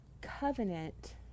covenant